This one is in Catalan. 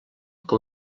com